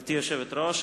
גברתי היושבת-ראש,